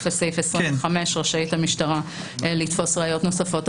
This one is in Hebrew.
לסעיף 25 רשאית המשטרה לתפוס ראיות נוספות.